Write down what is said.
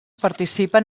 participen